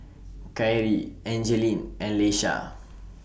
Kyrie Angeline and Leisha